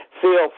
feel